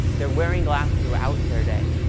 they're wearing glass throughout their day.